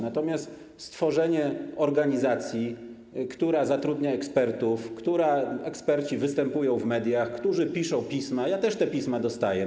Natomiast stworzenie organizacji, która zatrudnia ekspertów, której eksperci występują w mediach, którzy piszą pisma, ja też te pisma dostaję.